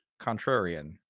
Contrarian